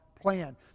plan